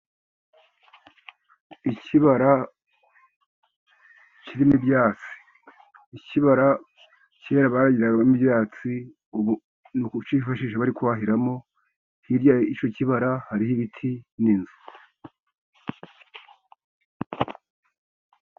Ikibara kirimo ibyatsi, ikibara cyera baragiragamo ibyatsi, ubu ni ukucifashisha bari kwahiramo, hirya y'icyo kibara, hariho ibiti n'inzu.